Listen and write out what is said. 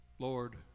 Lord